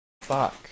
Fuck